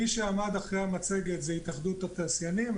מי שעמד מאחורי המצגת זה התאחדות התעשיינים.